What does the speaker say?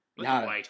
No